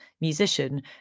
musician